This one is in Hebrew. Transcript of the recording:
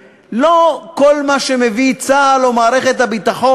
שלא על כל מה שמביא צה"ל או מביאה מערכת הביטחון,